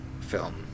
film